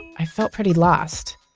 i felt pretty lost,